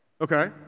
Okay